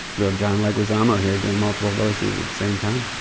real john leguizamo here doing multiple voices at the same time.